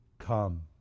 come